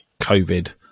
COVID